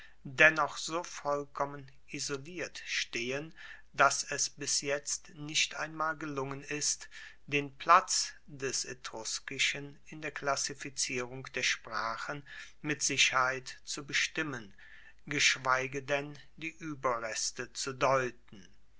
dennoch so vollkommen isoliert stehen dass es bis jetzt nicht einmal gelungen ist den platz des etruskischen in der klassifizierung der sprachen mit sicherheit zu bestimmen geschweige denn die ueberreste zu deuten